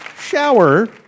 shower